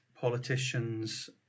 politicians